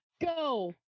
go